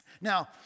Now